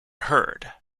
herd